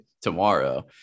tomorrow